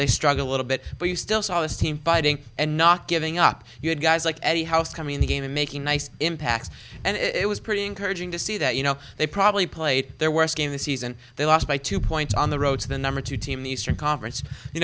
they struggle a little bit but you still saw this team fighting and not giving up you had guys like eddie house coming in the game and making nice impacts and it was pretty encouraging to see that you know they probably played their worst game the season they lost by two points on the road to the number two team the eastern conference you